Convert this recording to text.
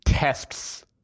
Tests